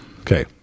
Okay